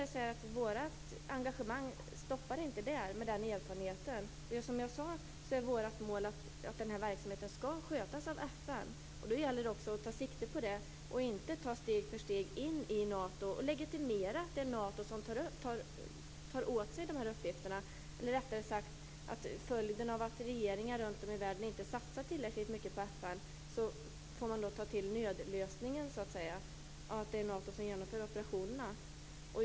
Men vårt engagemang slutar inte med den erfarenheten. Som jag sade är vårt mål att den här verksamheten skall skötas av FN. Då gäller det också att ta sikte på det och inte ta steg för steg in i Nato, legitimera att det är Nato som tar åt sig dessa uppgifter. Rättare sagt är det så att man, på grund av att regeringar runt om i världen inte satsat tillräckligt mycket på FN, får ta till nödlösningen, dvs. att det är Nato som genomför operationerna.